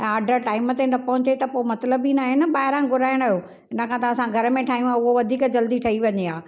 ऐं order time ते न पहुचे त पोइ मतिलब ई न आहे न ॿाहिरां घुराइण जो इन खां त असां घर में ठाहियूं हुआ उहो वधीक जल्दी ठही वञे हा